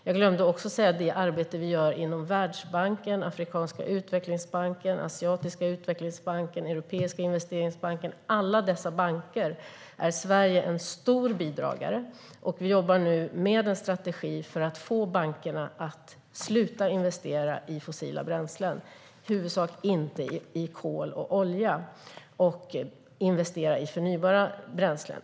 Jag glömde också att säga något om det arbete vi gör inom Världsbanken, Afrikanska utvecklingsbanken, Asiatiska utvecklingsbanken och Europeiska investeringsbanken. Sverige är en stor bidragsgivare till alla dessa banker. Vi jobbar nu med en strategi för att få bankerna att sluta investera i fossila bränslen, i huvudsak kol och olja, och börja investera i förnybara bränslen.